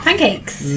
Pancakes